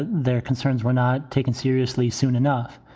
their concerns were not taken seriously soon enough.